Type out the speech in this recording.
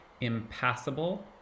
impassable